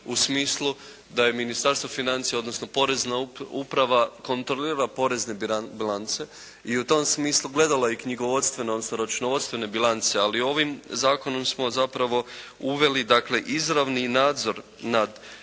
u smislu da je Ministarstvo financija, odnosno porezna uprava kontrolirala porezne bilance i u tom smislu gledala je knjigovodstvene odnosno računovodstvene bilance, ali ovim Zakonom smo zapravo uveli izravni nadzor nad